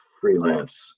freelance